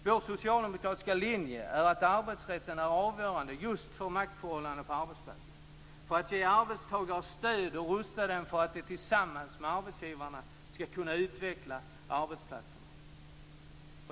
Vår socialdemokratiska linje är att arbetsrätten är avgörande just för maktförhållandena på arbetsmarknaden, för att ge arbetstagare stöd och rusta dem för att de tillsammans med arbetsgivarna ska kunna utveckla arbetsplatserna.